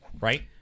Right